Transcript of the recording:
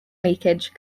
leakage